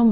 ആണ്